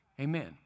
Amen